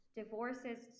divorces